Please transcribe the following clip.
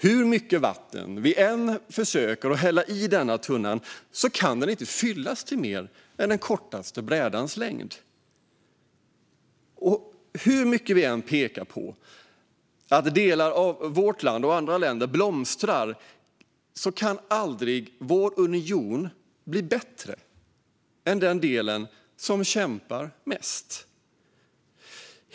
Hur mycket vatten vi än försöker att hälla i denna tunna kan den inte fyllas till mer än den kortaste brädans längd. Hur mycket vi än pekar på att delar av vårt land och andra länder blomstrar kan vår union aldrig bli bättre än den del som kämpar mest.